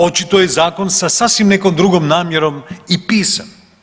Očito je zakon sa sasvim nekom drugom namjerom i pisan.